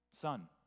Son